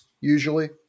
usually